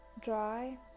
dry